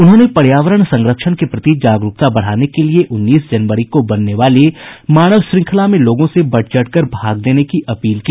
उन्होंने पर्यावरण संरक्षण के प्रति जागरूकता के लिए उन्नीस जनवरी को बनने वाली मानव श्रृंखला में लोगों से बढ़ चढ़ कर भाग लेने की अपील की